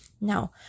Now